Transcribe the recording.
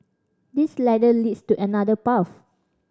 this ladder leads to another path